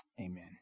Amen